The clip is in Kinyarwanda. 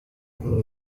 kuri